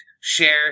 share